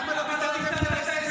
אז למה לא ביטלת את ההסכם?